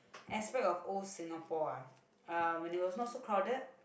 aspect of old Singapore ah when it was not so crowded